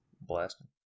Blasting